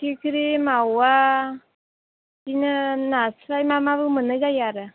फिथिख्रि मावा बिदिनो नास्राय मामाबो मोननाय जायो आरो